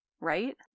right